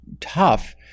tough